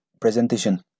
presentation